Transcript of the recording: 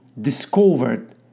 discovered